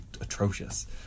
atrocious